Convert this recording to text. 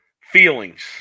feelings